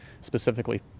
specifically